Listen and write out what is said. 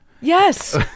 Yes